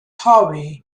howe